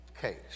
case